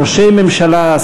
ראשי ממשלה,